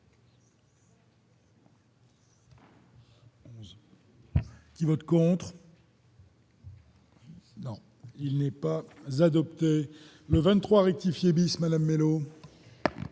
Qui vote contre. Non, il n'est pas adopté le 23 rectifier bis madame Hénault.